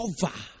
cover